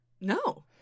No